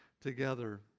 together